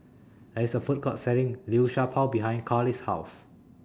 There IS A Food Court Selling Liu Sha Bao behind Karli's House